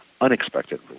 unexpected